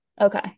okay